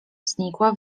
znikła